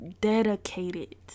dedicated